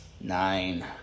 nine